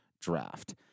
draft